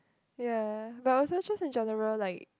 ya but also just in general like